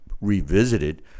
revisited